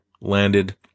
landed